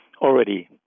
already